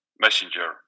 messenger